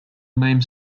name